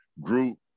group